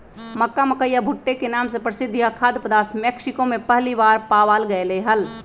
मक्का, मकई या भुट्टे के नाम से प्रसिद्ध यह खाद्य पदार्थ मेक्सिको में पहली बार पावाल गयले हल